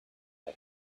had